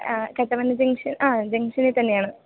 Kattappana junction ആ ജംങ്ഷനിൽ തന്നെയാണ്